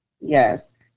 Yes